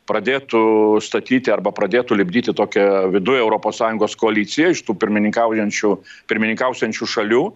pradėtų statyti arba pradėtų lipdyti tokią viduj europos sąjungos koaliciją iš tų pirmininkaujančių pirmininkausiančių šalių